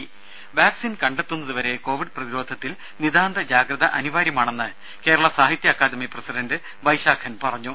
രംഭ vaccine കണ്ടെത്തുന്നതുവരെ Covid പ്രതിരോധത്തിൽ നിതാന്ത ജാഗ്രത അനിവാര്യമാണെന്ന് കേരള സാഹിത്യ അക്കാദമി പ്രസിഡന്റ് വൈശാഖൻ പറഞ്ഞു